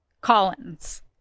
Collins